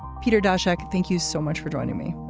peter dasch, ok, thank you so much for joining me.